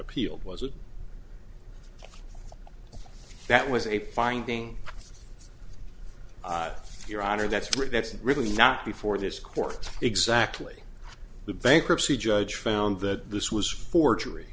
appealed was it that was a finding your honor that's right that's really not before this court exactly the bankruptcy judge found that this was forgery